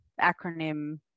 acronym